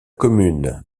commune